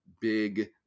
big